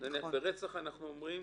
ברצח אנחנו אומרים